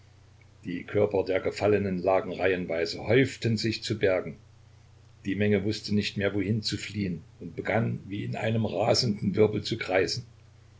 die körper der gefallenen lagen reihenweise häuften sich zu bergen die menge wußte nicht mehr wohin zu fliehen und begann wie in einem rasenden wirbel zu kreisen